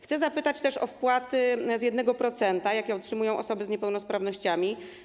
Chcę zapytać też o wpłaty z 1%, jakie otrzymują osoby z niepełnosprawnościami.